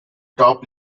top